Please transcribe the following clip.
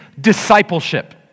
discipleship